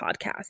podcast